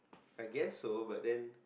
I guess so but then